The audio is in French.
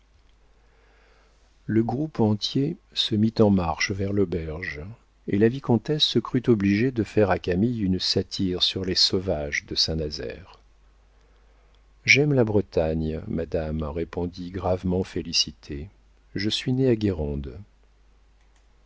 le groupe entier se mit en marche vers l'auberge et la vicomtesse se crut obligée de faire à camille une satire sur les sauvages de saint-nazaire j'aime la bretagne madame répondit gravement félicité je suis née à guérande